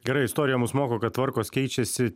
gerai istorija mus moko kad tvarkos keičiasi